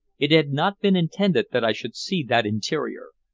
it had not been intended that i should see that interior,